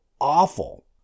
awful